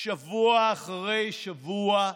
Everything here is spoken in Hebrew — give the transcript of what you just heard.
שבוע אחרי שבוע,